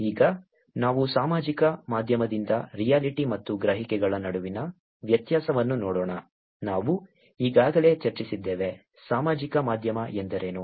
ಈಗ ನಾವು ಸಾಮಾಜಿಕ ಮಾಧ್ಯಮದಿಂದ ರಿಯಾಲಿಟಿ ಮತ್ತು ಗ್ರಹಿಕೆಗಳ ನಡುವಿನ ವ್ಯತ್ಯಾಸವನ್ನು ನೋಡೋಣ ನಾವು ಈಗಾಗಲೇ ಚರ್ಚಿಸಿದ್ದೇವೆ ಸಾಮಾಜಿಕ ಮಾಧ್ಯಮ ಎಂದರೇನು